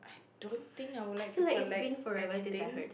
don't think I would like to collect anything